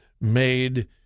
made